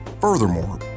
Furthermore